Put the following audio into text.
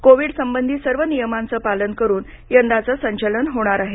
Covid संबंधी सर्व नियमांचं पालन करून यंदाचं संचलन होणार आहे